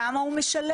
כמה הוא משלם?